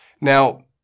Now